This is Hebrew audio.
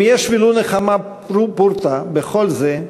אם יש ולו נחמה פורתא בכל זה,